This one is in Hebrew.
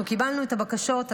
אנחנו קיבלנו את הבקשות,